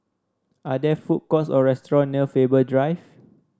are there food courts or restaurant near Faber Drive